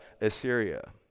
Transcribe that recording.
Assyria